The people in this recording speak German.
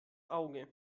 auge